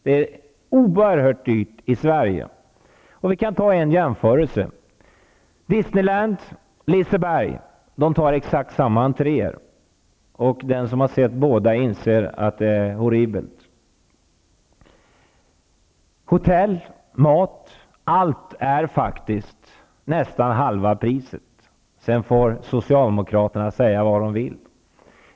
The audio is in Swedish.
Det är oerhört dyrt i Sverige. Vi kan göra en jämförelse. Disneyland och Liseberg tar ut exakt samma entréavgifter. Den som har besökt båda parkerna inser att det är horribelt. Hotell och mat -- allt finns till nästan halva priset. Sedan får socialdemokraterna säga vad de vill.